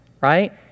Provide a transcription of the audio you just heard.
right